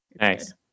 Nice